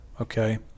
okay